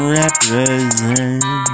represent